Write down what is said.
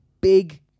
big